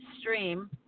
stream